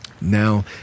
Now